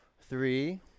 three